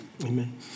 Amen